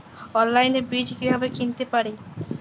অনলাইনে বীজ কীভাবে কিনতে পারি?